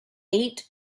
ate